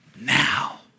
now